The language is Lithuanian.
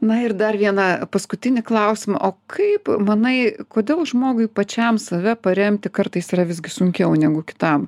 na ir dar vieną paskutinį klausimą kaip o manai kodėl žmogui pačiam save paremti kartais yra visgi sunkiau negu kitam